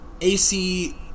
AC